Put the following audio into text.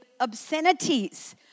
obscenities